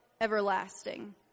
everlasting